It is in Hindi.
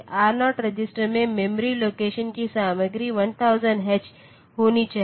R0 रजिस्टर में मेमोरी लोकेशन की सामग्री 1000h होनी चाहिए